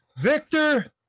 Victor